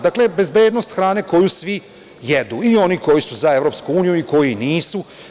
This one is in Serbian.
Dakle, bezbednost hrane koju svi jedu, i oni koji su za EU i oni koji nisu.